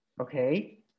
Okay